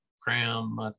Cram